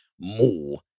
more